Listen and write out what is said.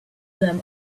them